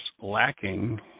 lacking